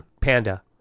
Panda